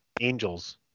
Angels